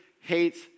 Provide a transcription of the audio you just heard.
hates